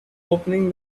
opening